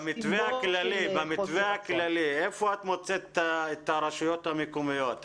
במתווה הכללי, איפה את מוצאת את הרשויות המקומיות?